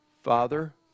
Father